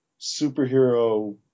superhero